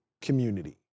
community